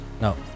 No